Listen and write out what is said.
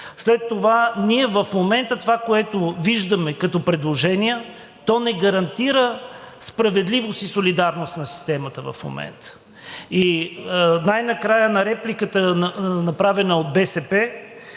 След това, ние в момента това, което виждаме като предложения, то не гарантира справедливост и солидарност на системата в момента. И най-накрая, на репликата, направена от БСП,